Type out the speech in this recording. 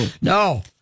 No